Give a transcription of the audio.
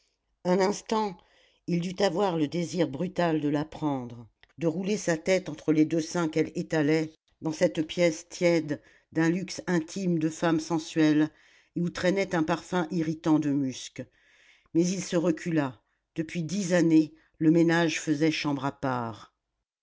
un instant il dut avoir le désir brutal de la prendre de rouler sa tête entre les deux seins qu'elle étalait dans cette pièce tiède d'un luxe intime de femme sensuelle et où traînait un parfum irritant de musc mais il se recula depuis dix années le ménage faisait chambre à part